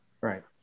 Right